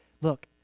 look